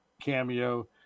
cameo